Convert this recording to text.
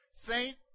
Saint